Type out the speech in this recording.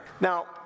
now